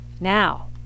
Now